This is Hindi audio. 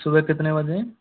सुबह कितने बजे